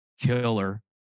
Killer